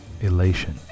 elation